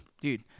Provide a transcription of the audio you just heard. dude